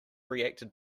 reacted